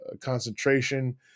concentration